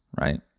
right